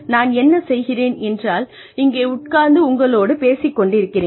நான் என்ன செய்கிறேன் என்றால் இங்கே உட்கார்ந்து உங்களோடு பேசிக் கொண்டிருக்கிறேன்